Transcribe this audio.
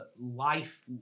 life